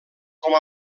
com